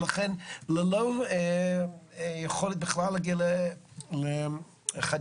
ולכן ללא יכולת בכלל להגיע לחדירה,